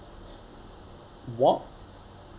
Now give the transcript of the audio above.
walk